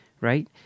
right